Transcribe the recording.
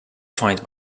fight